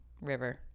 river